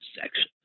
section